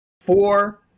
four